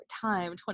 time